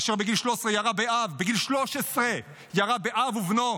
אשר בגיל 13 ירה באב ובנו,